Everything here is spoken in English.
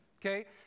okay